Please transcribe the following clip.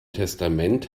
testament